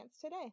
today